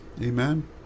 Amen